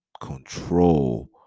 control